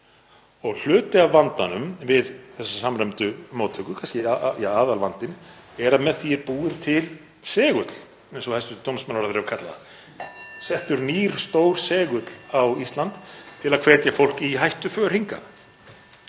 Hluti af vandanum við þessa samræmdu móttöku, kannski aðalvandinn, er að með því er búinn til segull, eins og hæstv. dómsmálaráðherra hefur kallað það, settur nýr stór segull á Ísland til að hvetja fólk í hættuför hingað.